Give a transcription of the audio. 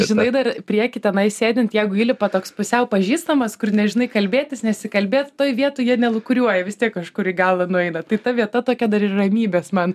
žinai dar prieky tenai sėdint jeigu įlipa toks pusiau pažįstamas kur nežinai kalbėtis nesikalbėt toj vietoj jie nelūkuriuoja vis tiek kažkur į galą nueina tai ta vieta tokia dar ir ramybės man